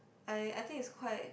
I I think is quite